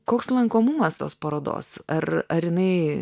koks lankomumas tos parodos ar ar jinai